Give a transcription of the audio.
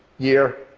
year.